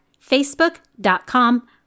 facebook.com